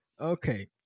okay